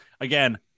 Again